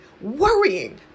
worrying